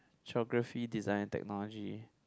Geography Design and Technology